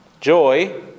joy